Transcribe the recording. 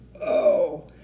Oh